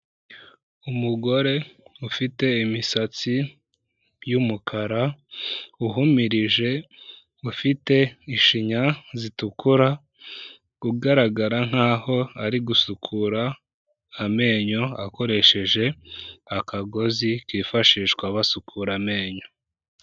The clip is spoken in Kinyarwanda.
Umugore ufite imisatsi y'umukara, uhumirije, ufite ishinya zitukura, ugaragara nk'aho ari gusukura amenyo akoresheje akagozi kifashishwa basukura amenyo.